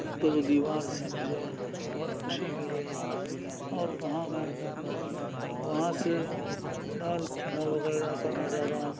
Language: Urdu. در و دیوار سے مجھے بہت خوشی ملی اور وہاں میں وہاں سے لال قلعہ وغیرہ کا نظارہ